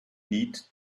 need